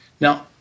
Now